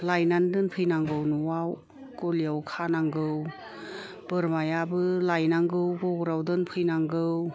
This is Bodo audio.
लायनानै दोनफैनांगौ न'आव गलियाव खानांगौ बोरमायाबो लायनांगौ गग्रा आव दोनफैनांगौ